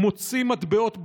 מוצאים מטבעות בעברית,